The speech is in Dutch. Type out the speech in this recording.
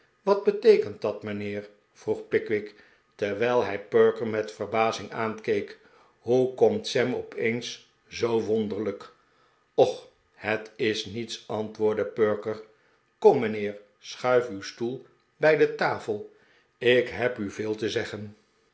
wat beteekent dat mijnheer vroeg pickwick terwijl hij perker met verbazing aankeek hoe komt sam opeens zoo wonderlijk och het is niets antwoordde perker kom mijnheer schuif uw stoel bij de tafel ik heb u veel te zeggen